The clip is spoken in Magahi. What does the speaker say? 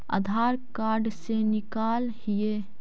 आधार कार्ड से निकाल हिऐ?